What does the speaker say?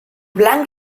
blanc